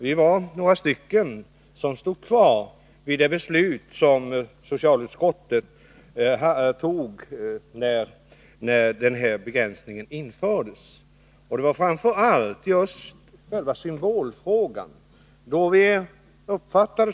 Vi var några stycken som stod fast vid det beslut som socialutskottet fattade när den här begränsningen infördes. Det var framför allt själva symbolfrågan som var avgörande.